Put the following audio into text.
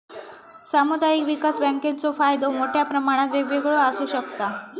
सामुदायिक विकास बँकेचो फायदो मोठ्या प्रमाणात वेगवेगळो आसू शकता